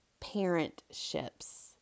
parentships